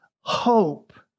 hope